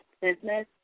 Business